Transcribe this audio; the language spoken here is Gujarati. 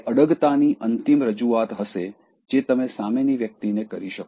તે અડગતાની અંતિમ રજૂઆત હશે જે તમે સામેની વ્યક્તિને કરી શકો